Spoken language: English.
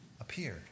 appeared